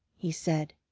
he said.